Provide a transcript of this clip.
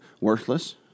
Worthless